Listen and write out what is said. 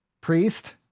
Priest